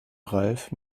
ralf